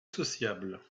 sociable